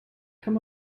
kann